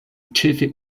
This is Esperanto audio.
ĉefe